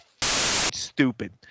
stupid